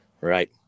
Right